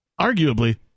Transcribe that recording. arguably